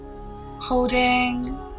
holding